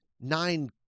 nine